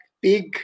big